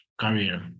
career